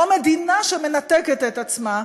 או מדינה שמנתקת את עצמה,